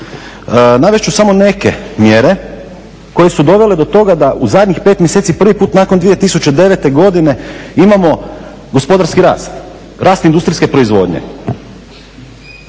Navest ću samo neke mjere koje su dovele do toga da u zadnjih 5 mjeseci prvi put nakon 2009. godine imamo gospodarski rast, rast industrijske proizvodnje.